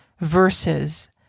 verses